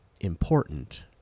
important